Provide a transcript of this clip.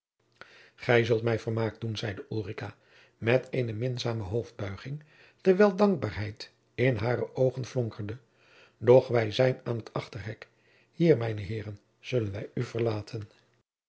gij zult mij vermaak doen zeide ulrica met eene minzame hoofdbuiging terwijl dankbaarheid in hare oogen flonkerde doch wij zijn aan het achterhek hier mijne heeren zullen wij u verlaten